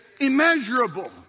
immeasurable